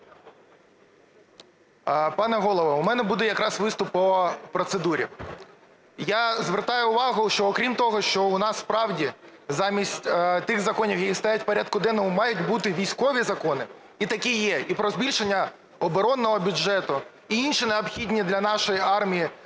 Пане Голово, в мене буде якраз виступ по процедурі. Я звертаю увагу, що окрім того, що в нас справді замість тих законів, які стоять в порядку денному, мають бути військові закони, і такі є, і про збільшення оборонного бюджету, і інші необхідні для нашої армії